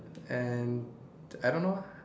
and I don't know ah